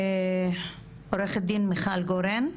עורכת דין מיכל גורן.